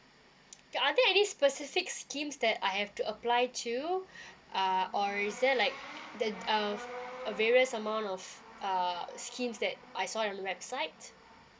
are there any specific schemes that I have to apply to uh is there like that uh a various amount of uh schemes that I saw on the website